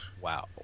Wow